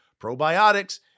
probiotics